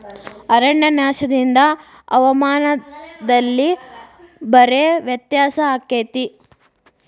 ಅರಣ್ಯನಾಶದಿಂದ ಹವಾಮಾನದಲ್ಲಿ ಭಾರೇ ವ್ಯತ್ಯಾಸ ಅಕೈತಿ